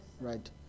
Right